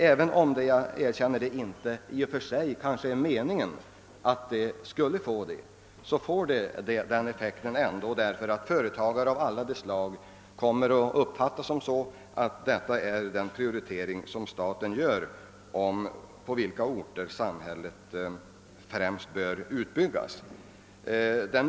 Jag hoppas att detta inte är regeringens mening, men resultatet blir i alla fall detta. Företagare av alla slag kommer att säga sig att detta är statens prioritering då det gäller samhällsutbyggnaden.